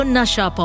Nasha